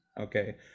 Okay